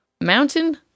mountain